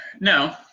No